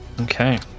Okay